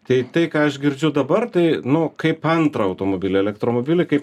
tai tai ką aš girdžiu dabar tai nu kaip antrą automobilį elektromobilį kaip